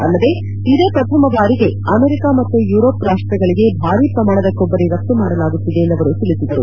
ಅಲ್ಲದೆ ಇದೇ ಪ್ರಥಮ ಬಾರಿಗೆ ಅಮೆರಿಕ ಮತ್ತು ಯುರೋಪ್ ರಾಷ್ಟಗಳಿಗೆ ಭಾರೀ ಪ್ರಮಾಣದ ಕೊಬ್ಬರಿ ರಫ್ತು ಮಾಡಲಾಗುತ್ತಿದೆ ಎಂದು ಅವರು ತಿಳಿಸಿದರು